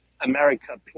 america